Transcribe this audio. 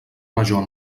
major